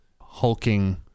hulking